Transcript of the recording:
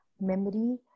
memory